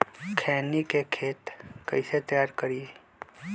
खैनी के खेत कइसे तैयार करिए?